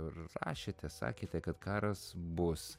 rašėte sakėte kad karas bus